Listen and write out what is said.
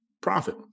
Profit